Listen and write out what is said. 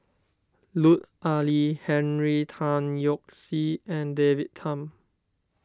Lut Ali Henry Tan Yoke See and David Tham